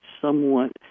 somewhat